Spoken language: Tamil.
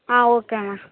ஆ ஓகேண்ணா